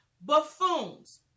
buffoons